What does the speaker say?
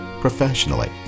professionally